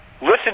Listen